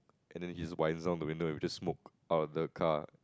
and then he down the window and he was just smoke out of the car